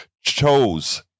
chose